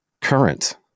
current